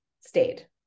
stayed